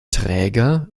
träger